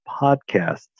podcasts